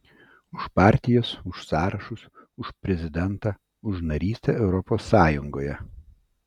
už partijas už sąrašus už prezidentą už narystę europos sąjungoje